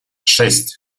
шесть